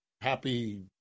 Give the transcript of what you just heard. happy